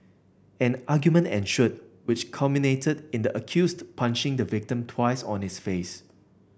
an argument ensued which culminated in the accused punching the victim twice on his face